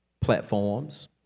platforms